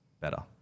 better